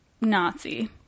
Nazi